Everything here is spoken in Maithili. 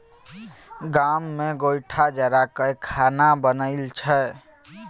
गाम मे गोयठा जरा कय खाना बनइ छै